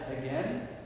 again